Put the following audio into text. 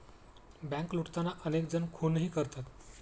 bank लुटताना अनेक जण खूनही करतात